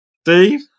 Steve